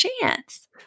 chance